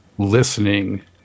listening